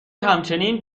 همچنین